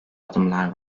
adımlar